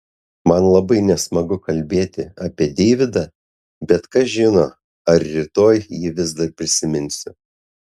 man labai nesmagu kalbėti apie deividą bet kas žino ar rytoj jį vis dar prisiminsiu